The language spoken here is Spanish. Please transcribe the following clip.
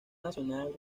nacional